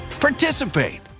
participate